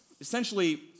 essentially